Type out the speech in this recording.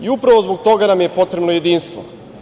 I upravo zbog toga nam je potrebno jedinstvo.